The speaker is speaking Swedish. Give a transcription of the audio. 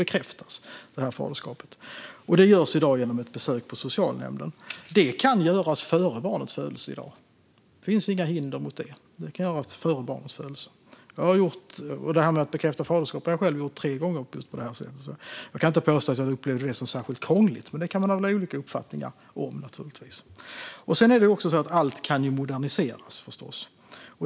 Detta görs i dag genom ett besök på socialnämnden. Det kan göras före barnets födelse i dag - det finns inga hinder för detta. Bekräftat faderskap har jag själv gjort tre gånger på det sättet. Jag kan inte påstå att jag upplevde det som särskilt krångligt, men detta kan man ha olika uppfattningar om. Allt kan förstås moderniseras.